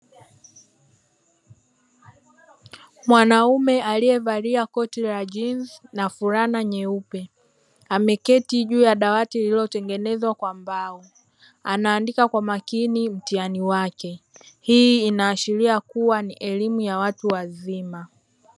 Mwanamume aliyevalia koti la jinzi na fulana nyeupe ameketi juu ya dawati lililotengenezwa kwa mbao, anaandika kwa umakini mtihani wake, hii inaashiria kuwa ni elimu ya watu wazima.